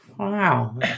Wow